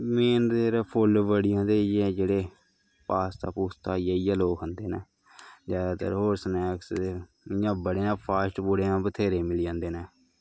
main ते फुल्ल बड़ियां ते इयै जेह्ड़े पास्ता पूस्ता होई गेआ इ'यै लोग खंदे न जादातर होर स्नैक्स ते इ'यां बड़ियां फास्ट फूड इ'यां बत्थेरे मिली जंदे न